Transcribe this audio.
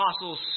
apostles